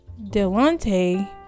Delonte